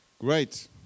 Great